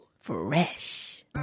Fresh